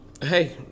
hey